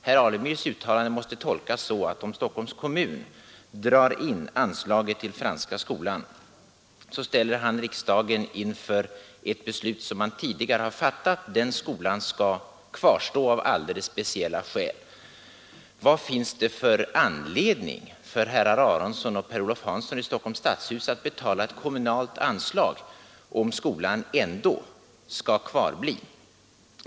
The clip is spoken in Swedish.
Herr Alemyrs uttalande måste tolkas så, att om Stockholms kommun drar in anslaget till Franska skolan, så måste riksdagen, i konsekvens med ett beslut som man tidigare har fattat om att den skolan skall kvarstå av alldeles speciella skäl, svara för det bortfallna kommunala bidraget. Vad finns det för anledning för herrar Aronson och Per-Olof Hanson i Stockholms stadshus att betala ut ett kommunalt anslag om skolan ändå skall kvarbli?